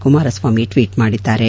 Kumaraswamy tweet ಮಾಡಿದ್ದಾರೆ